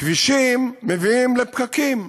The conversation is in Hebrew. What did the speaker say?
כבישים מביאים לפקקים.